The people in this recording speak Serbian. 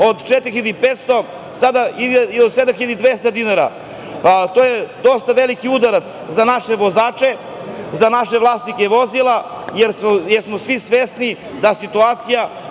ide i do 7.200 dinara, a to je dosta veliki udarac za naše vozače, za naše vlasnike vozila, jer smo svi svesni da situacija